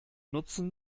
nutzen